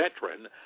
veteran